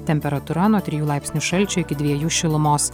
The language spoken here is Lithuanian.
temperatūra nuo trijų laipsnių šalčio iki dviejų šilumos